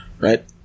right